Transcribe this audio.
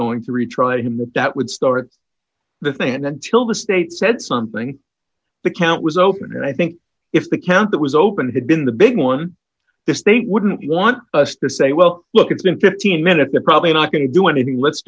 going to retry him that would store the thing in until the state said something the count was open and i think if the count that was open had been the big one the state wouldn't you want us to say well look it's been fifteen minutes they're probably not going to do anything let's